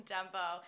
Dumbo